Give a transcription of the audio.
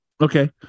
Okay